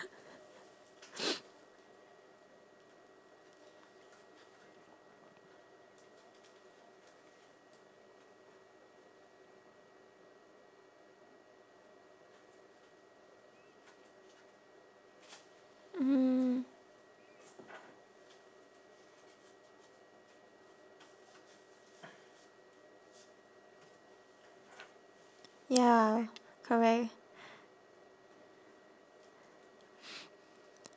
mm ya correct